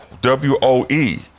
W-O-E